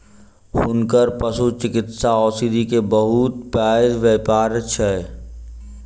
हुनकर पशुचिकित्सा औषधि के बहुत पैघ व्यापार अछि